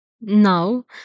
Now